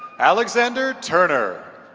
alexander turner